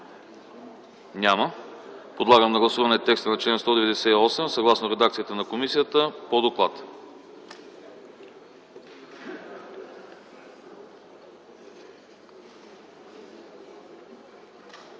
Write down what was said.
Няма. Подлагам на гласуване текста на чл. 198, съгласно редакцията на комисията по доклада.